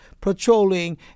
patrolling